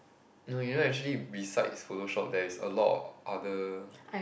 you know you know actually besides Photoshop there's a lot of other